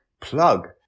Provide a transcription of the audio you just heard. plug